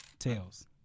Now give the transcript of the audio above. Tails